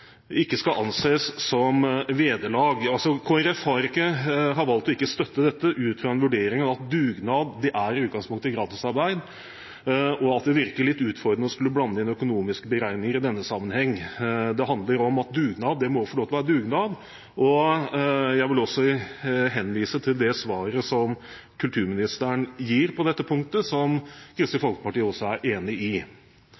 ikke skal anses som vederlag». Kristelig Folkeparti har valgt å ikke støtte dette ut fra en vurdering av at dugnad i utgangspunktet er gratisarbeid, og at det virker litt utfordrende å skulle blande inn økonomiske beregninger i denne sammenheng. Det handler om at dugnad må få lov til å være dugnad, og jeg vil også henvise til svaret som kulturministeren gir på dette punktet, og som Kristelig Folkeparti er enig i.